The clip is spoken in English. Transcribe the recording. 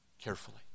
carefully